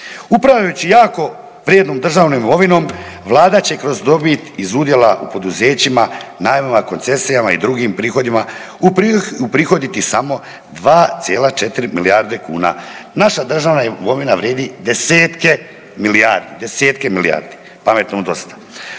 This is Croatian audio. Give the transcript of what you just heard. Upravljajući jako vrijednom državnom imovinom, Vlada će i kroz dobit iz udjela poduzećima, najma, koncesijama i drugim prihodima uprihoditi samo 2,4 milijarde kuna. Naša državna imovina vrijedi desetke milijarde. Desetke milijardi,